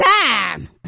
time